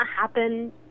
happen